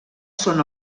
són